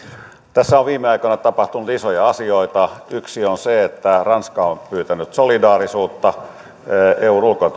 tässä on viime aikoina tapahtunut isoja asioita yksi on se että ranska on pyytänyt solidaarisuutta eun ulko ja